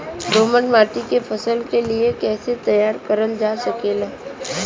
दोमट माटी के फसल के लिए कैसे तैयार करल जा सकेला?